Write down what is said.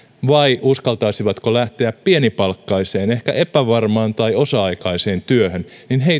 vai uskaltaisiko lähteä pienipalkkaiseen ehkä epävarmaan tai osa aikaiseen työhön